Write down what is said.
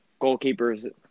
goalkeepers